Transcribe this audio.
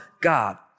God